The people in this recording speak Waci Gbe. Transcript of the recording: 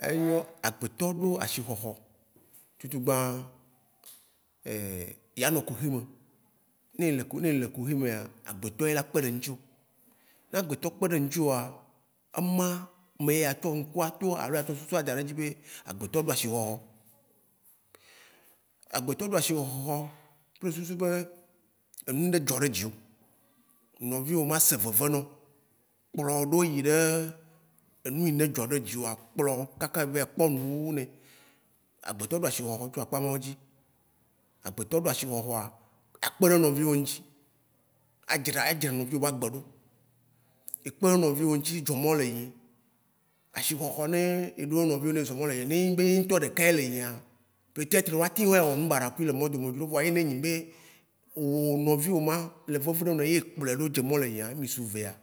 Agbetɔ ɖo ashihɔhɔ, tutu gbã ya nɔ kuhĩ me, ne ele ku- ne ele kuhĩ mea, agbetɔ ye la kpeɖe ŋtsio. Ne agbetɔ kpeɖe ŋtsioa, ema me ya tsɔ ŋku ato alo s tsɔ susua daɖe edzi be agbetɔ be ashihɔhɔ. Agbetɔ ɖo ashihɔhɔhɔ kple susu be enu ɖe dzo ɖe dzio, nɔvio ma se veve no, kplɔ wo ɖo yi ɖe enuine dzɔ ɖe dzioa, kplɔ wo kaka ya vɛ kpɔ nu bu nɛ. Agbetɔ ɖo ashihɔhɔ tso akpa ma wo dzi. Agbetɔ ɖo ashihɔhɔa a kpeɖe nɔvio ŋtsi, a dzra a dzra nɔvio be agbe ɖo. Ekpeɖe nɔvio ŋtsi dzemɔ̃ le yi, ashihɔhɔ nɛ eɖo nɔvio ne zɔ̃ mɔ̃ le yi, ne enyi be eŋtɔ ɖeka le yia, peut-être wa teŋ va yi wɔ nu bara kui le mɔ̃dome vio vɔa ne enyi be wo nɔvio ma le veve ɖe ne le evɛ le kplɔe ɖo dze mɔ̃ le yia, ne mi su vea,